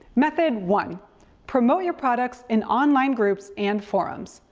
method one promote your products in online groups and forums.